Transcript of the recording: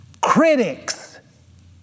critics